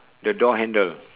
the door handle